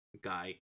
guy